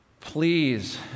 Please